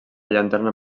llanterna